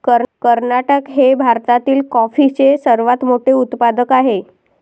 कर्नाटक हे भारतातील कॉफीचे सर्वात मोठे उत्पादक आहे